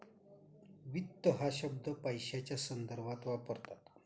वित्त हा शब्द पैशाच्या संदर्भात वापरतात